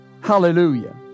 hallelujah